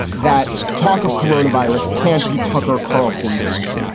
that talk of coronavirus can't be tucker carlson doorway,